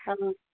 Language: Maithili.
हँ